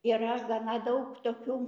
yra gana daug tokių